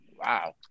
Wow